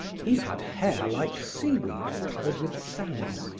he had hair like seaweed covered with sand,